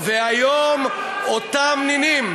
והיום אותם נינים,